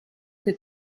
che